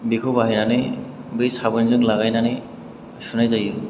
बेखौ बाहायनानै बे साबोनजों लागायनानै सुनाय जायो